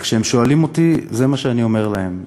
כשהם שואלים אותי, זה מה שאני אומר להם.